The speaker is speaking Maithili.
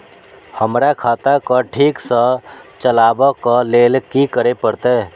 हमरा खाता क ठीक स चलबाक लेल की करे परतै